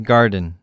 Garden